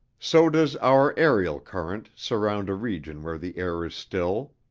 so does our aerial current surround a region where the air is still.